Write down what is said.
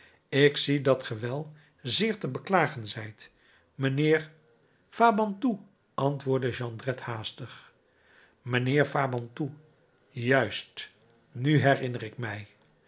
ik zie dat ge wel zeer te beklagen zijt mijnheer fabantou antwoordde jondrette haastig mijnheer fabantou juist nu herinner ik mij